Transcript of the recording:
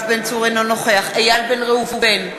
אינו נוכח איל בן ראובן,